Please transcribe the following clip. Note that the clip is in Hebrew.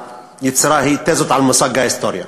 היצירה היא "תזות על מושג ההיסטוריה".